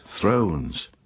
thrones